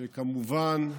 שכמובן,